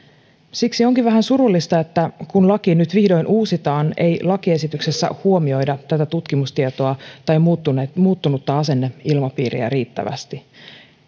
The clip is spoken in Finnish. siksi onkin vähän surullista että kun laki nyt vihdoin uusitaan ei lakiesityksessä huomioida tätä tutkimustietoa tai muuttunutta asenneilmapiiriä riittävästi